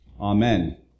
Amen